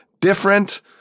different